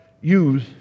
use